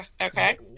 Okay